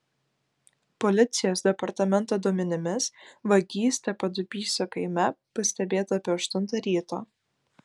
policijos departamento duomenimis vagystė padubysio kaime pastebėta apie aštuntą ryto